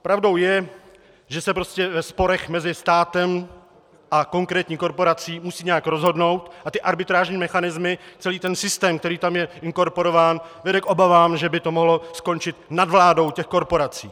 Pravdou je, že se prostě ve sporech mezi státem a konkrétní korporací musí nějak rozhodnout a ty arbitrážní mechanismy, celý ten systém, který tam je inkorporován, vede k obavám, že by to mohlo skončit nadvládou těch korporací.